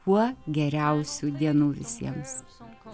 kuo geriausių dienų visiems